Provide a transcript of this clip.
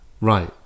Right